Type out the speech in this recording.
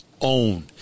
own